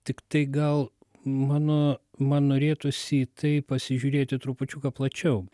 tiktai gal mano man norėtųsi į tai pasižiūrėti trupučiuką plačiau